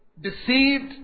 Deceived